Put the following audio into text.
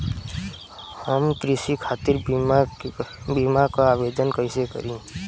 हम कृषि खातिर बीमा क आवेदन कइसे करि?